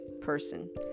person